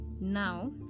now